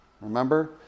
Remember